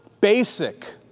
basic